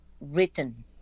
written